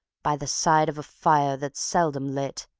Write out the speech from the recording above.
by the side of a fire that's seldom lit,